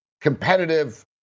competitive